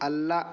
ಅಲ್ಲ